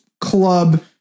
club